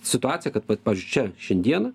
situacija kad vat pavyzdžiui čia šiandieną